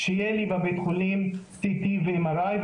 שיהיו לנו בבית החולים CT ו-MRI.